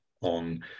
on